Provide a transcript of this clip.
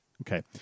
Okay